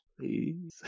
Please